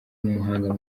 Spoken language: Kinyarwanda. umuhanga